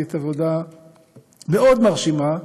עשית עבודה מאוד מרשימה,